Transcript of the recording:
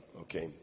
okay